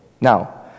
now